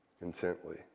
intently